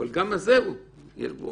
אבל גם זה יש בו.